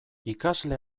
ikasle